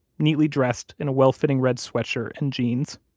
neatly dressed in a well-fitting red sweatshirt and jeans.